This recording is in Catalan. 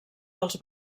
dels